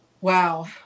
Wow